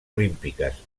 olímpiques